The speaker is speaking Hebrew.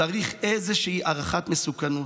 צריך איזושהי הערכת מסוכנות,